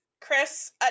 chris